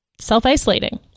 self-isolating